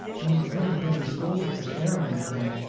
he was afraid of getting scolded for swearing like that,